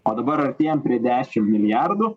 o dabar artėjame prie dešim milijardų